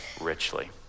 richly